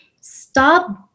stop